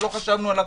שלא חשבנו עליו,